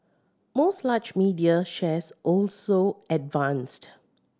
most large media shares also advanced